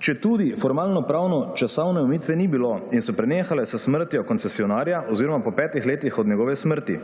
četudi formalnopravno časovne omejitve ni bilo in so prenehale s smrtjo koncesionarja oziroma po petih letih od njegove smrti.